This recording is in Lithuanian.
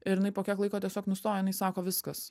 ir jinai po kiek laiko tiesiog nustojo jinai sako viskas